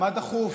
מה דחוף?